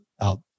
out